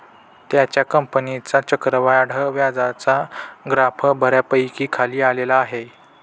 त्याच्या कंपनीचा चक्रवाढ व्याजाचा ग्राफ बऱ्यापैकी खाली आलेला आहे